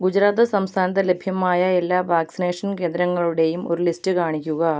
ഗുജറാത്ത് സംസ്ഥാനത്ത് ലഭ്യമായ എല്ലാ വാക്സിനേഷൻ കേന്ദ്രങ്ങളുടെയും ഒരു ലിസ്റ്റ് കാണിക്കുക